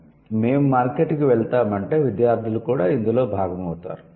'మేము' మార్కెట్కి వెళ్తాము అంటే విద్యార్థులు కూడా ఇందులో భాగమవుతారు